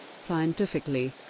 Scientifically